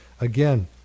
again